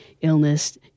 illness